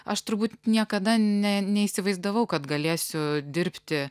aš turbūt niekada ne neįsivaizdavau kad galėsiu dirbti